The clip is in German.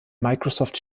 microsoft